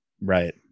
Right